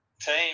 team